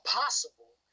possible